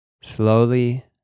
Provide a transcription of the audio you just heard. Slowly